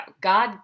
God